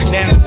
Now